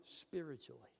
spiritually